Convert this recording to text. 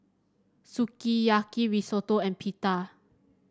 Sukiyaki Risotto and Pita